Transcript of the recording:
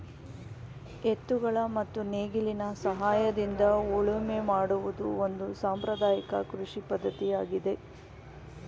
ಎತ್ತುಗಳ ಮತ್ತು ನೇಗಿಲಿನ ಸಹಾಯದಿಂದ ಉಳುಮೆ ಮಾಡುವುದು ಒಂದು ಸಾಂಪ್ರದಾಯಕ ಕೃಷಿ ಪದ್ಧತಿಯಾಗಿದೆ